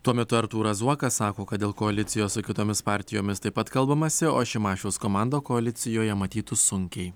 tuo metu artūras zuokas sako kad dėl koalicijos su kitomis partijomis taip pat kalbamasi o šimašiaus komandą koalicijoje matytų sunkiai